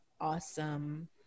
awesome